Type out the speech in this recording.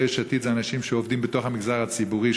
יש עתיד הם אנשים שעובדים בתוך המגזר הציבורי,